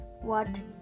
What